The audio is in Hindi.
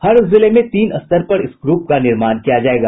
हर जिले में तीन स्तर पर इस ग्रुप का निर्माण किया जायेगा